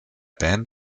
band